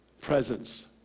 presence